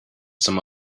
some